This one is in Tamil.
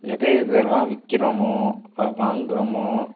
எதை எதெல்லாம் விற்கிறோமோ அதை வாங்குகிறோமோ